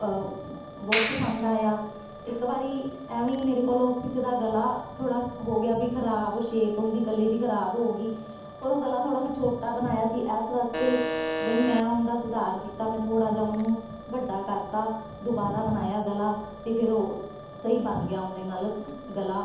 ਬਹੁਤ ਪਸੰਦ ਆਇਆ ਇੱਕ ਵਾਰੀ ਐਵੇਂ ਹੀ ਮੇਰੇ ਕੋਲੋਂ ਕਿਸੇ ਦਾ ਗਲਾ ਥੋੜ੍ਹਾ ਹੋ ਗਿਆ ਵੀ ਖਰਾਬ ਸ਼ੇਪ ਉਹਦੀ ਗਲੇ ਦੀ ਖਰਾਬ ਹੋ ਗਈ ਪਰ ਉਹ ਗਲਾ ਥੋੜ੍ਹਾ ਮੈਂ ਛੋਟਾ ਬਣਾਇਆ ਸੀ ਇਸ ਵਾਸਤੇ ਫਿਰ ਮੈਂ ਉਹਨਾਂ ਦਾ ਸੁਧਾਰ ਕੀਤਾ ਮੈਂ ਥੋੜ੍ਹਾ ਜਿਹਾ ਉਹਨੂੰ ਵੱਡਾ ਕਰਤਾ ਦੁਬਾਰਾ ਬਣਾਇਆ ਗਲਾ ਅਤੇ ਫਿਰ ਉਹ ਸਹੀ ਬਣ ਗਿਆ ਉਹਦੇ ਨਾਲ ਗਲਾ